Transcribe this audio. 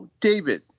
David